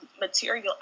material